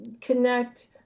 connect